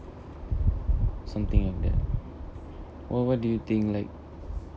something like that wh~ what do you think like